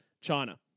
China